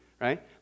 right